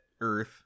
Earth